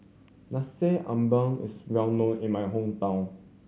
Nasi Ambeng is well known in my hometown